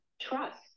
trust